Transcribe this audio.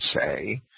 say